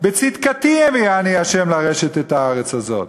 בצדקתי הביאני ה' לרשת את הארץ הזאת,